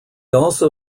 also